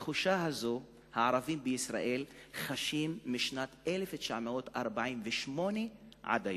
את התחושה הזו הערבים בישראל חשים משנת 1948 עד היום.